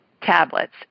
Tablets